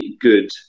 good